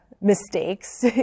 mistakes